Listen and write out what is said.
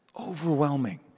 overwhelming